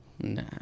No